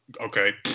okay